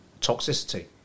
toxicity